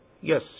Yes